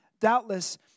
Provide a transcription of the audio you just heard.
doubtless